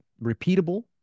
repeatable